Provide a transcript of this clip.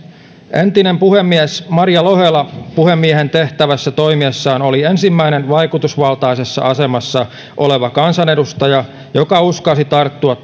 entinen puhemies maria lohela puhemiehen tehtävässä toimiessaan oli ensimmäinen vaikutusvaltaisessa asemassa oleva kansanedustaja joka uskalsi tarttua